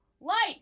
light